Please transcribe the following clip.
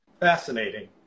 Fascinating